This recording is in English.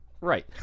Right